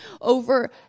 over